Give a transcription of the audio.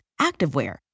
activewear